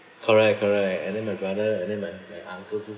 correct correct and then my brother and then my my uncle